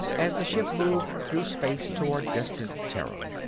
as the ship moved through space toward distant terra.